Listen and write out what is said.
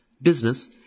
Business